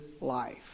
life